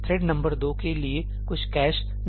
thread number 2 के लिए कुछ कैश नहीं होगा